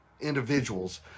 individuals